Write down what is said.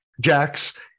Jack's